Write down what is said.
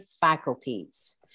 faculties